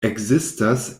ekzistas